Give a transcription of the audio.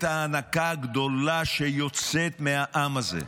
את האנקה הגדולה שיוצאת מהעם הזה,